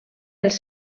els